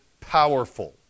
powerful